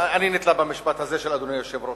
אני נתלה במשפט הזה של אדוני היושב-ראש.